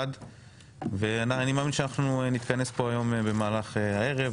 ואני מאמין שאנחנו נתכנס פה היום במהלך הערב,